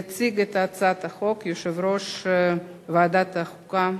יציג את הצעת החוק יושב-ראש ועדת החוקה,